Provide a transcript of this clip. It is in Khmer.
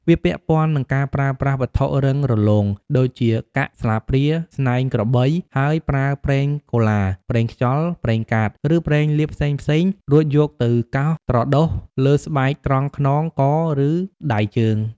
វាពាក់ព័ន្ធនឹងការប្រើប្រាស់វត្ថុរឹងរលោង ដូចជាកាក់ ស្លាបព្រា ស្នែងក្របី ហើយប្រើប្រេងកូឡា ប្រេងខ្យល់ ប្រេងកាត ឬប្រេងលាបផ្សេងៗ រួចយកទៅកោសត្រដុសលើស្បែកត្រង់ខ្នង ក ឬដៃជើង។